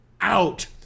out